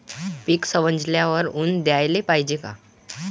पीक सवंगल्यावर ऊन द्याले पायजे का?